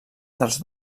dels